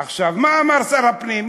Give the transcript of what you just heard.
עכשיו, מה אמר שר הפנים?